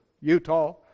Utah